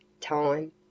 Time